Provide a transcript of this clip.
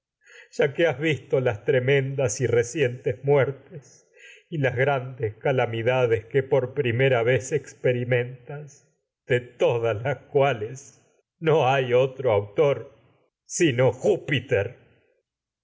ya que has visto las tre mendas y recientes muertes y las grandes calamidades que no por primera vez experimentas de todas las cuales júpiter hay otro autor sino